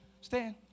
Stand